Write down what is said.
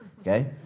okay